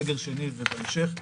סגר שני ובהמשך.